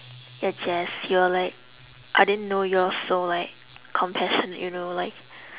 ya jace you're like I didn't know you're so like compassionate you know like